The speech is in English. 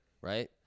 right